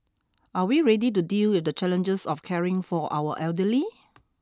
are we ready to deal with the challenges of caring for our elderly